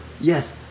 yes